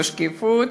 בשקיפות,